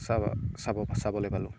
চাব চাব চাবলৈ পালোঁ